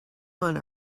one